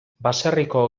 baserriko